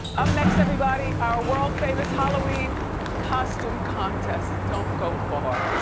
up next, everybody, our world famous halloween costume contest. don't go far.